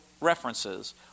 references